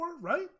right